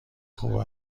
خوب